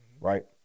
right